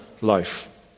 life